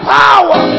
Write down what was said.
power